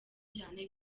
cyane